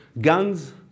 Guns